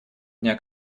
дня